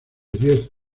diez